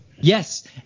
Yes